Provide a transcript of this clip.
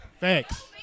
Thanks